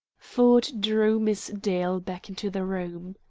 ford drew miss dale back into the room.